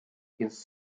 against